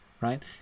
right